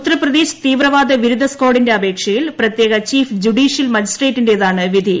ഉത്തർപ്രദേശ് തീവ്രവാദ വിരുദ്ധ സ്കാഡിന്റെ അപേക്ഷയിൽ പ്രത്യേക ചീഫ് ജുഡീഷ്യൽ മജിസ്ട്രേറ്റിന്റേതാണ് വിധി